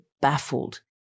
baffled